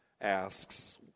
asks